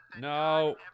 No